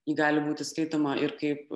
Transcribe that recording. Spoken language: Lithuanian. ji gali būti skaitoma ir kaip